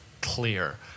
clear